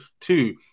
two